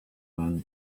man